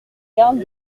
garde